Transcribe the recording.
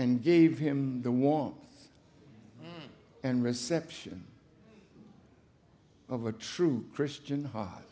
and gave him the want and reception of a true christian h